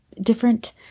different